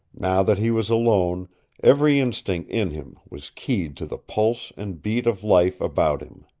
now that he was alone every instinct in him was keyed to the pulse and beat of life about him.